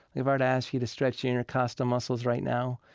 if i were to ask you to stretch the intercostal muscles right now,